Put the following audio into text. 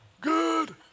Good